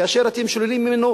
כאשר אתם שוללים ממנו,